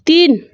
तिन